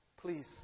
Please